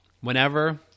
whenever